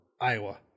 Iowa